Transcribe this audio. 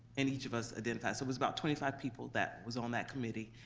and each of us identify, so it was about twenty five people that was on that committee,